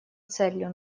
целью